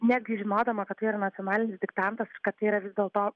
netgi žinodama kad tai ar nacionalinis diktantas kad yra vis dėl to